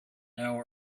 now